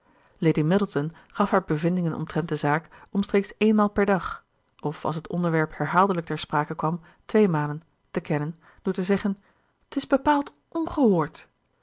lady middleton gaf haar bevindingen omtrent de zaak omstreeks eenmaal per dag of als het onderwerp herhaaldelijk ter sprake kwam tweemalen te kennen door te zeggen t is bepaald ongehoord